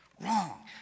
wrong